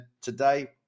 today